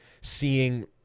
seeing